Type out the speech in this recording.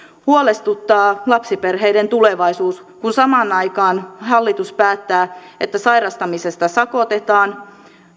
huolestuttaa lapsiperheiden tulevaisuus kun samaan aikaan hallitus päättää että sairastamisesta sakotetaan